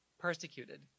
Persecuted